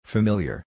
Familiar